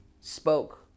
spoke